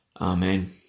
Amen